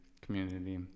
community